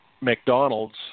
McDonald's